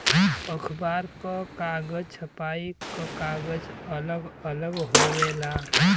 अखबार क कागज, छपाई क कागज अलग अलग होवेला